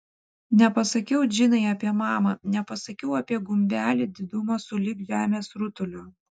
nepasakiau džinai apie mamą nepasakiau apie gumbelį didumo sulig žemės rutuliu